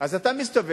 אז אתה מסתובב,